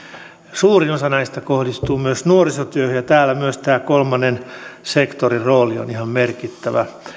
suurin osa näistä kohdistuu myös nuorisotyöhön ja täällä myös tämä kolmannen sektorin rooli on ihan merkittävä